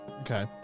Okay